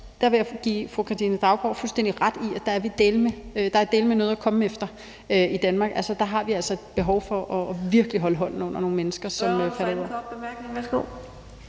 Der vil jeg give fru Katrine Daugaard fuldstændig ret i, at der dæleme er noget at komme efter i Danmark. Altså, der er et behov for, at vi virkelig holder hånden under nogle mennesker.